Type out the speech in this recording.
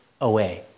away